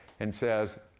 and says,